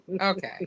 Okay